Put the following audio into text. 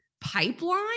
pipeline